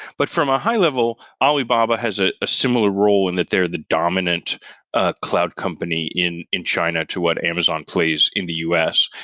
but from a high level, alibaba has ah a similar role and that they are the dominant ah cloud company in in china to what amazon plays in the u s,